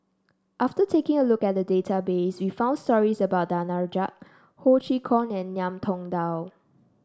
after taking a look at the database we found stories about Danaraj Ho Chee Kong and Ngiam Tong Dow